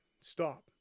stop